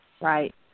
Right